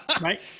Right